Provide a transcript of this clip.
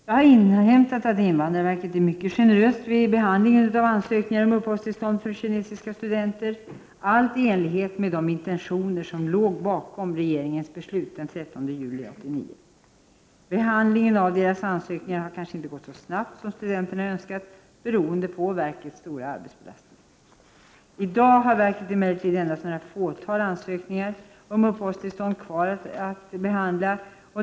Jag har inhämtat att invandrarverket är mycket generöst vid behandlingen av ansökningar om uppehållstillstånd från kinesiska studenter, allt i enlighet med de intentioner som låg bakom regeringens beslut den 13 juli 1989. Behandlingen av deras ansökningar har kanske inte gått så snabbt som studenterna önskat, beroende på verkets stora arbetsbelastning. I dag har verket emellertid endast något fåtal ansökningar om uppehållstillstånd kvar att behandla.